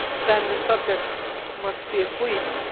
then the subject must be asleep!